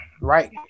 right